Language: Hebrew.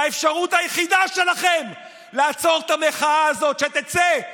והאפשרות היחידה שלכם לעצור את המחאה הזאת, שתצא,